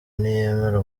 ntiyemera